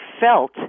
felt